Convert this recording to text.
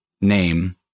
name